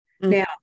Now